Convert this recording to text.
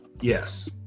yes